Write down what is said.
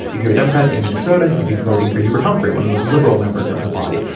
if you're a democrat in minnesota, could be voting for hubert humphrey, one the most liberal members of the body,